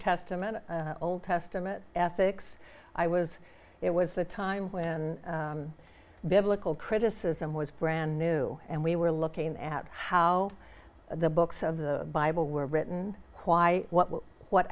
testament old testament ethics i was it was the time when biblical criticism was brand new and we were looking at how the books of the bible were written why what what